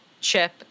Chip